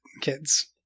kids